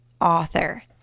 author